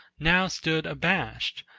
now stood abashed,